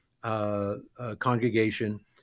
congregation